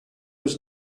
was